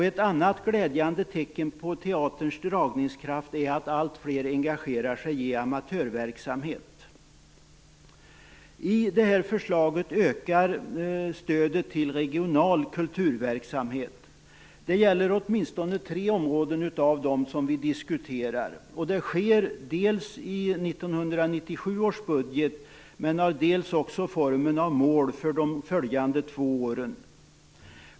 Ett annat glädjande tecken på teaterns dragningskraft är att allt fler engagerar sig i amatörverksamhet. I förslaget ökas stödet till regional kulturverksamhet. Det gäller åtminstone tre områden av dem vi diskuterar. Det sker delvis i 1997 års budget men har också formen av mål för de följande två åren.